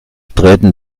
treten